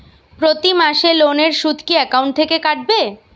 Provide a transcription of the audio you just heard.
প্রতি মাসে লোনের সুদ কি একাউন্ট থেকে কাটবে?